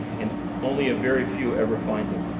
and only a very few ever find it.